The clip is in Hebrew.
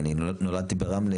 נולדתי ברמלה,